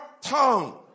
tongue